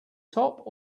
top